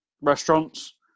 restaurants